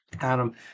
Adam